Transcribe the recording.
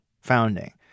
founding